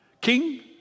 king